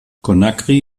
conakry